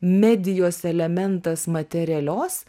medijos elementas materialios